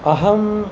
अहं